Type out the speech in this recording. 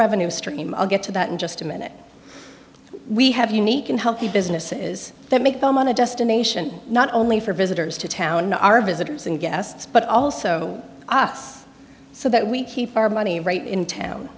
revenue stream of get to that in just a minute we have unique and healthy businesses that make them on a destination not only for visitors to town our visitors and guests but also us so that we keep our money in town